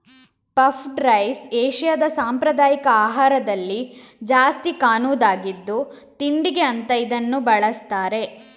puffed rice ಏಷ್ಯಾದ ಸಾಂಪ್ರದಾಯಿಕ ಆಹಾರದಲ್ಲಿ ಜಾಸ್ತಿ ಕಾಣುದಾಗಿದ್ದು ತಿಂಡಿಗೆ ಅಂತ ಇದನ್ನ ಬಳಸ್ತಾರೆ